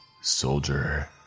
soldier